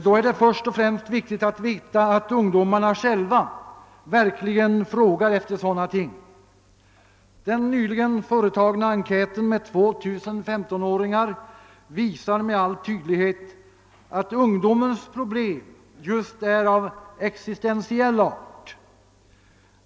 Då är det först och främst viktigt att veta, att ungdomarna själva verkligen frågar efter sådana ting. Den nyligen företagna enkäten bland 2 000 15-åringar visar med all tydlighet att ungdomens problem just är av existentiell art.